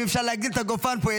אם אפשר להגדיל את הגופן פה,